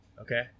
okay